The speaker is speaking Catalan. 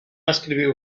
escriviu